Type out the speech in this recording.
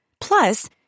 Plus